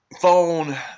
phone